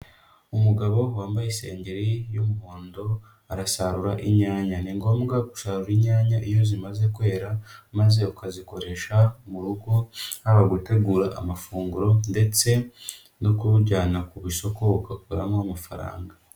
Umugabo wambaye isengeri y'umuhondo, arasarura inyanya. Ni ngombwa gusarura inyanya iyo zimaze kwera, maze ukazikoresha mu rugo, haba gutegura amafunguro ndetse no kuwujyana ku isoko, ugakuramo amafaranga.